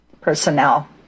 personnel